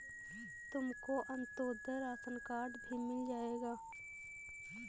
तुमको Antyodaya ration card भी मिल जाएगा